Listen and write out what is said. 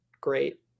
great